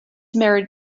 married